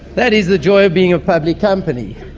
that is the joy of being a public company.